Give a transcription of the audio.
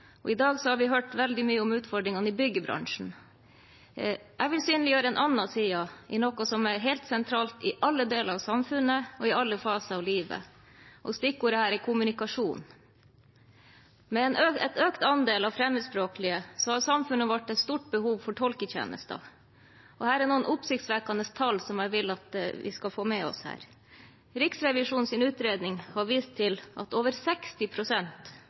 sak. I dag har vi hørt veldig mye om utfordringene i byggebransjen. Jeg vil synliggjøre en annen side av noe som er helt sentralt i alle deler av samfunnet og i alle faser av livet, og stikkordet her er kommunikasjon. Med en økt andel fremmedspråklige har samfunnet vårt et stort behov for tolketjenester. Her er det noen oppsiktsvekkende tall som jeg vil at vi skal få med oss. Riksrevisjonens utredning har vist til at over